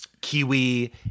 kiwi